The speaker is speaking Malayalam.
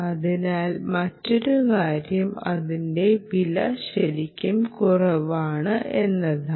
അതിനാൽ മറ്റൊരു കാര്യം അതിന്റെ വില ശരിക്കും കുറവാണ് എന്നതാണ്